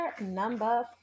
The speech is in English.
number